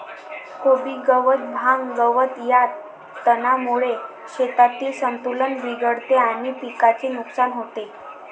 कोबी गवत, भांग, गवत या तणांमुळे शेतातील संतुलन बिघडते आणि पिकाचे नुकसान होते